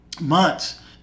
months